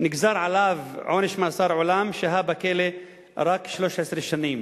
נגזר עליו עונש מאסר עולם, שהה בכלא רק 13 שנים,